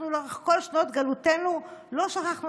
אנחנו לאורך כל שנות גלותנו לא שכחנו